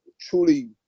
truly